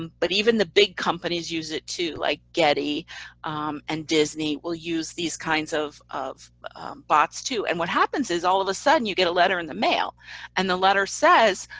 um but even the big companies use it too, like getty and disney will use these kinds of of bots too. and what happens is all of a sudden you get a letter in the mail and the letter says,